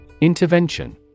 Intervention